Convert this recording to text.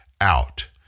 out